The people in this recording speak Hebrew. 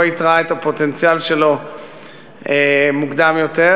איתרה את הפוטנציאל שלו מוקדם יותר,